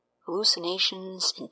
Hallucinations